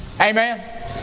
Amen